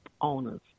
owners